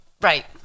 Right